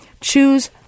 Choose